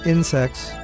Insects